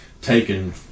taken